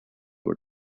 were